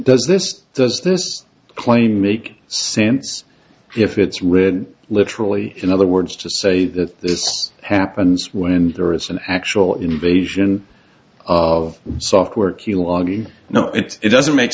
this does this claim make sense if it's written literally in other words to say that this happens when there is an actual invasion of software keylogging no it doesn't make